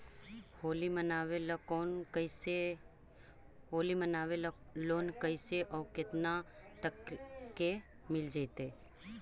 होली मनाबे ल लोन कैसे औ केतना तक के मिल जैतै?